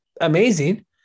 amazing